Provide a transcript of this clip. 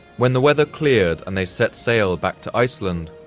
when the weather cleared and they set sail back to iceland,